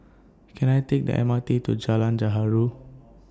Can I Take The M R T to Jalan Gaharu